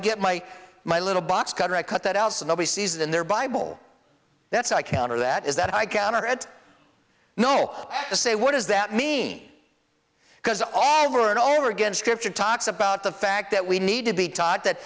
get my my little box cutter i cut that out so nobody sees it in their bible that's i counter that is that i counter it no say what does that mean because all over and over again scripture talks about the fact that we need to be taught that